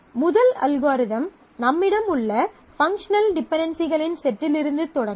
முதல் அல்காரிதம் நம்மிடம் உள்ள பங்க்ஷனல் டிபென்டென்சிகளின் செட்டிலிருந்து தொடங்கும்